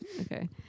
Okay